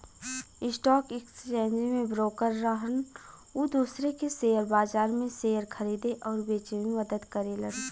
stock exchange में broker रहन उ दूसरे के शेयर बाजार में शेयर खरीदे आउर बेचे में मदद करेलन